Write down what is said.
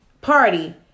party